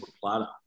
platter